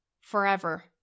Forever